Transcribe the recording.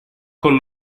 con